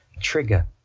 trigger